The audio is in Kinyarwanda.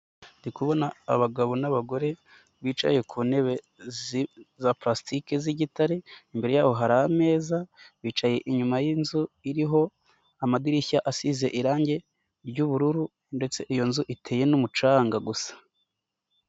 Ndi kubona abagabo n'abagore bicaye ku ntebe za pulasitike z'igitare, imbere yabo hari ameza bicaye inyuma y'inzu iriho amadirishya asize irangi ry'ubururu ndetse iyo nzu iteye n'umucanga gusa.